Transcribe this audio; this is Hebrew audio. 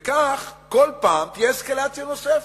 וכך, כל פעם תהיה אסקלציה נוספת.